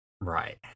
Right